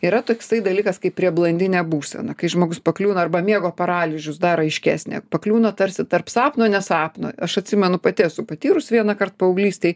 yra toksai dalykas kaip prie blandinė būsena kai žmogus pakliūna arba miego paralyžius dar aiškesnė pakliūna tarsi tarp sapno ne sapno aš atsimenu pati esu patyrusi vieną kartą paauglystėj